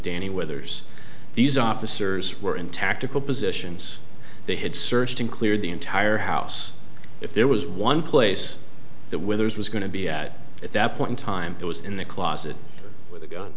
danny withers these officers were in tactical positions they had searched and cleared the entire house if there was one place that withers was going to be at at that point in time it was in the closet with a gun